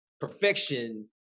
perfection